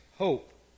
Hope